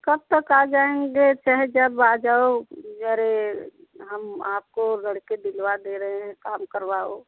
कब तक आ जाएँगे चहे जब आ जाओ अरे हम आपको लड़के दिलवा दे रहें हैं काम करवाओ